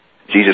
Jesus